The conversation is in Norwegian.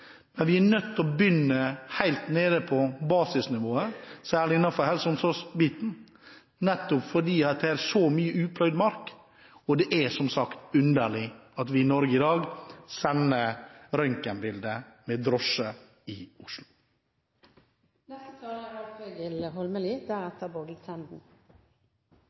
men vi er nødt til å begynne helt nede på basisnivået, særlig innenfor helse- og omsorgsområdet – nettopp fordi det er så mye upløyd mark. Og det er, som sagt, underlig at vi i Norge i dag sender røntgenbilder med drosje i Oslo. IKT er